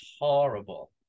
horrible